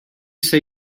say